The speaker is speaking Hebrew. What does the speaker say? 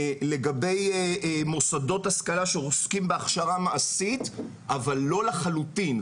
לגבי מוסדות השכלה שעוסקים בהכשרה מעשית אבל לא לחלוטין,